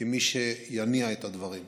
כמי שיניע את הדברים.